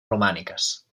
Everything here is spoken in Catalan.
romàniques